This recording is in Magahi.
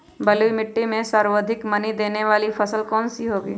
बलुई मिट्टी में सर्वाधिक मनी देने वाली फसल कौन सी होंगी?